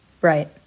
Right